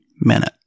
minute